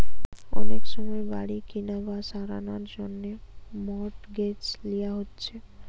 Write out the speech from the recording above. অনেক সময় বাড়ি কিনা বা সারানার জন্যে মর্টগেজ লিয়া হচ্ছে